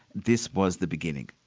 this was the beginning,